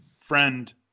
friend